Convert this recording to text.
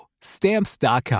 Stamps.com